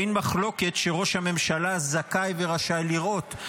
אין מחלוקת שראש הממשלה זכאי ורשאי לראות.